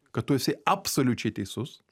kad tu esi absoliučiai teisus